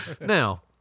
Now